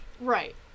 Right